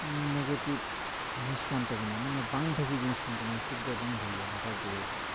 negative ᱡᱤᱱᱤᱥ ᱠᱟᱱ ᱛᱟᱵᱚᱱᱟ ᱢᱟᱱᱮ ᱵᱟᱝ ᱵᱷᱟᱜᱮ ᱡᱤᱱᱤᱥ ᱠᱟᱱ ᱛᱟᱵᱚᱱᱟ ᱥᱴᱳᱯ ᱫᱚ ᱵᱟᱝ ᱵᱷᱟᱜᱮᱭᱟ ᱱᱮᱛᱟᱨ ᱡᱩᱜᱽ ᱨᱮᱫᱚ